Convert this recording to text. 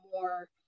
more